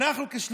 האם אנחנו,